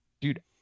Dude